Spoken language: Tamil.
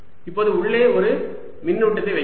இப்போது உள்ளே ஒரு மின்னூட்டத்தை வைக்கவும்